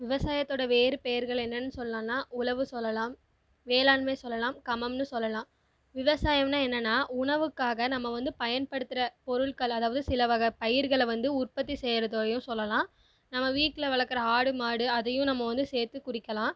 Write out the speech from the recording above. விவசாயத்தோடய வேறு பெயர்கள் என்னன்னு சொல்லான்னால் உழவு சொல்லலாம் வேளாண்மை சொல்லலாம் கமம்னு சொல்லலாம் விவசாயம்னால் என்னன்னால் உணவுக்காக நம்ம வந்து பயன்படுத்துகிற பொருட்கள் அதாவது சில வகை பயிர்களை வந்து உற்பத்தி செய்கிறதையும் சொல்லலாம் நம்ம வீட்டில் வளர்க்குற ஆடு மாடு அதையும் நம்ம வந்து சேர்த்து குறிக்கலாம்